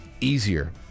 easier